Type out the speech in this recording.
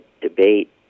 debate